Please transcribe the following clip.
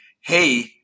hey